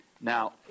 Now